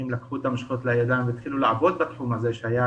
לקחו את המושכות לידיים והתחילו לעבוד בתחום הזה שהיה